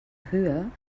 höhe